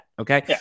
okay